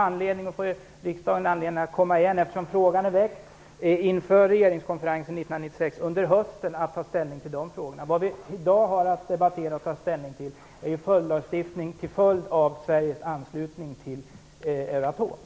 Eftersom frågan är väckt vill jag säga att det finns anledning för riksdagen att komma igen under hösten för att ta ställning till frågorna inför regeringskonferensen 1996. Det vi i dag har att debattera och ta ställning till är en följdlagstiftning till följd av Sveriges anslutning till Euratom.